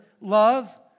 love